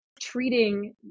treating